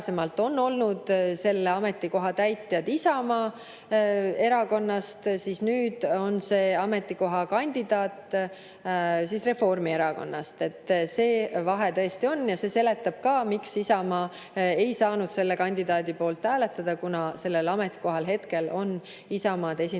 on olnud selle ametikoha täitjad Isamaa Erakonnast, nüüd on selle kandidaat Reformierakonnast. See vahe on. Ja see seletab ka, miks Isamaa ei saanud selle kandidaadi poolt hääletada, kuna sellel ametikohal hetkel on Isamaad esindav